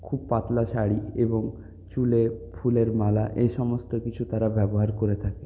খুব পাতলা শাড়ি এবং চুলে ফুলের মালা এই সমস্ত কিছু তারা ব্যবহার করে থাকে